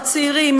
הצעירים,